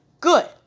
good